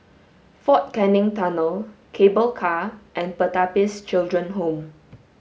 Fort Canning Tunnel Cable Car and Pertapis Children Home